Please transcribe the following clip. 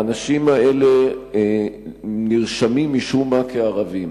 האנשים האלה נרשמים, משום מה, כערבים.